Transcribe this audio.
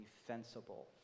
defensible